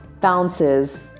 bounces